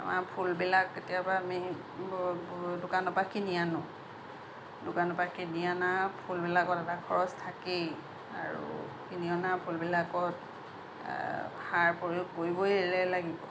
আমাৰ ফুলবিলাক কেতিয়াবা আমি দোকানৰ পৰা কিনি আনো দোকানৰ পৰা কিনি অনা ফুলবিলাকত এটা খৰচ থাকেই আৰু কিনি অনা ফুলবিলাকত সাৰ প্ৰয়োগ কৰিবই লে লাগিব